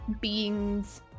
beings